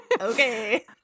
Okay